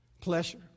Pleasure